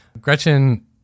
Gretchen